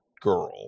girl